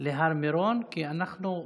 להר מירון כי אנחנו,